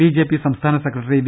BJP സംസ്ഥാന secretary V